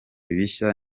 bishya